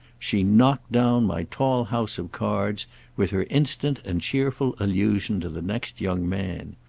she knocked down my tall house of cards with her instant and cheerful allusion to the next young man.